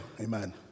Amen